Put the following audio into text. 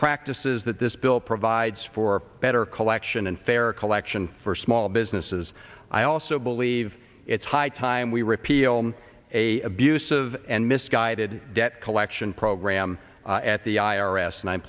practices that this bill provides for better collection and fair collection for small businesses i also believe it's high time we repeal a abusive and misguided debt collection program at the i